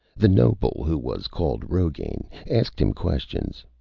the noble, who was called rogain, asked him questions.